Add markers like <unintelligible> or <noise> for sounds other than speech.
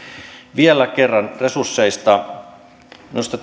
vielä kerran resursseista minusta <unintelligible>